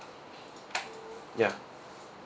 ya